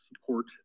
support